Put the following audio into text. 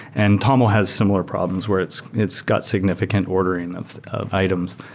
and taml has similar problems, where it's it's got significant ordering of items.